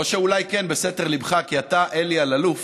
או שאולי כן, בסתר ליבך, כי אתה, אלי אלאלוף,